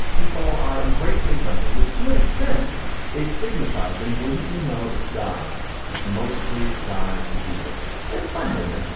people are embracing something which to an extent is stigmatized. and wouldn't you know, it's guys it's mostly guys who do this. there's some women,